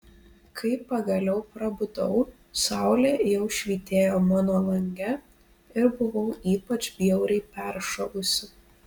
kai pagaliau prabudau saulė jau švytėjo mano lange ir buvau ypač bjauriai peršalusi